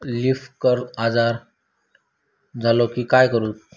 Leaf curl आजार झालो की काय करूच?